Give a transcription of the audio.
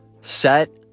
set